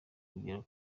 kugera